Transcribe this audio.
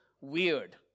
weird